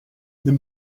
nimm